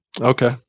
Okay